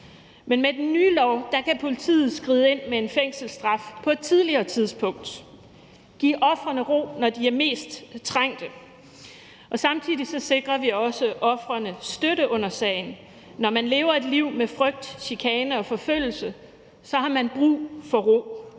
Men med den nye lov kan politiet skride ind med en fængselsstraf på et tidligere tidspunkt og give ofrene ro, når de er mest trængte. Samtidig sikrer vi også ofrene støtte under sagen. Når man lever et liv med frygt, chikane og forfølgelse, har man brug for ro.